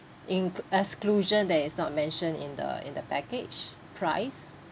in~ exclusion that is not mentioned in the in the package price